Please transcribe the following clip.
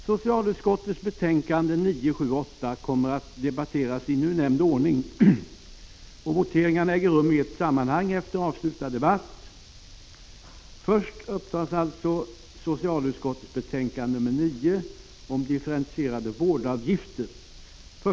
Socialutskottets betänkanden 9,7 och 8 kommer att debatteras i nu nämnd ordning. Voteringarna äger rum i ett sammanhang efter avslutad debatt. Först upptas alltså socialutskottets betänkande 9 om differentierade vårdavgifter.